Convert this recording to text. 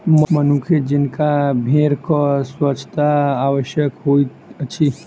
मनुखे जेंका भेड़क स्वच्छता आवश्यक होइत अछि